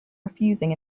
refusing